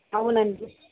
అవును అండి